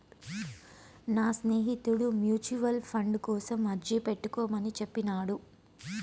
నా స్నేహితుడు mutual fund కోసం అర్జీ పెట్టుకోమని చెప్పినాడు